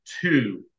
two